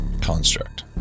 construct